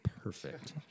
perfect